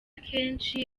kenshi